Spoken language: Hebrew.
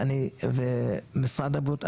ומשרד הבריאות,